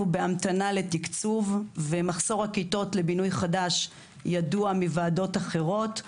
בהמתנה לתקצוב ומחסור הכיתות לבינוי חדש ידוע מוועדות אחרות.